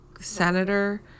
senator